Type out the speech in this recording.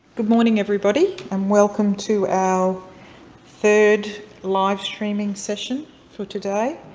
good morning everybody, and welcome to our third live-streaming session for today.